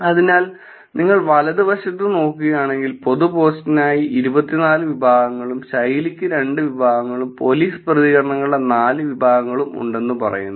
അതിനാൽ നിങ്ങൾ വലതുവശത്ത് നോക്കുകയാണെങ്കിൽ പൊതു പോസ്റ്റിനായി ഇരുപത്തിനാല് വിഭാഗങ്ങളും ശൈലിക്ക് രണ്ട് വിഭാഗങ്ങളും പോലീസ് പ്രതികരണങ്ങളുടെ നാല് വിഭാഗങ്ങളും ഉണ്ടെന്ന് പറയുന്നു